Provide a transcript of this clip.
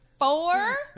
four